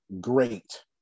great